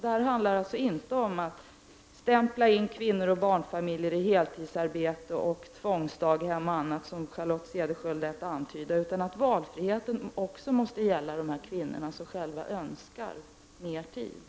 Detta handlar således inte om att stämpla in kvinnor och barnfamiljer i heltidsarbete med tvångsdaghem och annat, som Charlotte Cederschiöld lät antyda, utan att valfriheten också måste gälla dessa kvinnor som själva önskar mer tid.